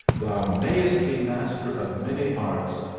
thou mayest be master of many arts,